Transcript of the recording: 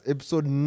Episode